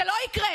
זה לא יקרה.